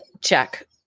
check